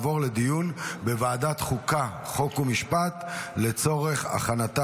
לוועדת החוקה, חוק ומשפט נתקבלה.